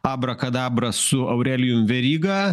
abrakadabra su aurelijum veryga